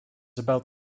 about